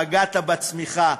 פגעת בצמיחה.